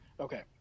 okay